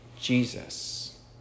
Jesus